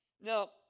Now